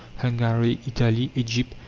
hungary, italy, egypt,